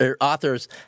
authors